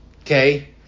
Okay